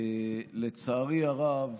לצערי הרב